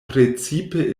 precipe